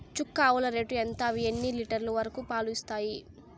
చుక్క ఆవుల రేటు ఎంత? అవి ఎన్ని లీటర్లు వరకు పాలు ఇస్తాయి?